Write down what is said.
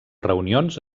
reunions